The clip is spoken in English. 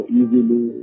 easily